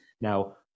now